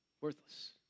worthless